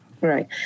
Right